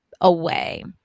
away